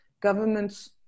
governments